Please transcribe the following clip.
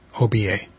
OBA